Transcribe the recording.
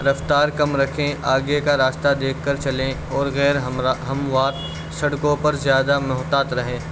رفتار کم رکھیں آگے کا راستہ دیکھ کر چلیں اور غیر ہموار سڑکوں پر زیادہ محتاط رہیں